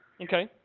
Okay